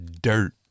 Dirt